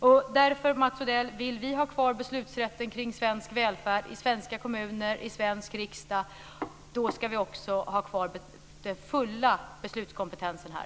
Om vi vill vi ha kvar beslutsrätten kring svensk välfärd, Mats Odell, i svenska kommuner och i svensk riksdag så ska vi därför också ha kvar den fulla beslutskompetensen här.